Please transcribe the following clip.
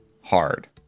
hard